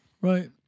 Right